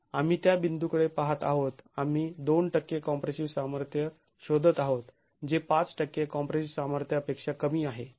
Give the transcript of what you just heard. आम्ही त्या बिंदूकडे पाहात आहोत आम्ही २ टक्के कॉम्प्रेसिव सामर्थ्य शोधत आहोत जे ५ टक्के कॉम्प्रेसिव सामर्थ्यापेक्षा कमी आहे